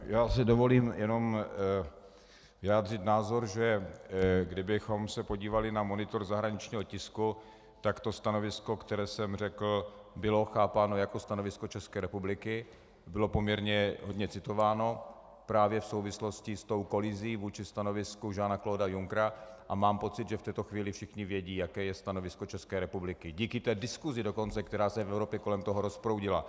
Já si dovolím jenom vyjádřit názor, že kdybychom se podívali na monitor zahraničního tisku, tak to stanovisko, které jsem řekl, bylo chápáno jako stanovisko České republiky, bylo poměrně hodně citováno právě v souvislosti s tou kolizí vůči stanovisku JeanaClaudea Junckera, a mám pocit, že v této chvíli všichni vědí, jaké je stanovisko České republiky, díky té diskusi dokonce, která se v Evropě kolem toho rozproudila.